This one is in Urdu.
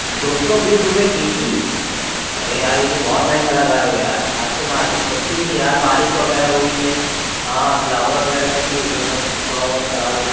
دو سو بیس روپے کے جی ارے یار یہ تو بہت مہنگا لگا رہے ہو یار آج تو مارکٹ سَستی تھی یار بارش وغیرہ ہوئی ہے ہاں فلاور وغیرہ کا بھی مطلب تھوڑا بہت خراب ہو